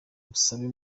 musabe